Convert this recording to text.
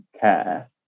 care